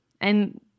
And-